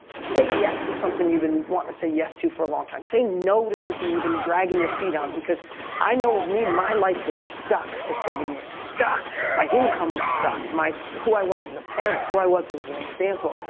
say yes to something you've been wanting to say yes to for a long time. say no to something you've been dragging your feet on because i know with me, my life was stuck for seven years, stuck. my income was stuck. who i was as a parent, who i was as as an example,